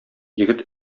егет